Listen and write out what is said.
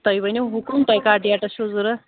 تۄہہِ ؤنِو حُکُم تۄہہِ کَتھ ڈیٹس چھِو ضوٚرَتھ